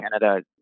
Canada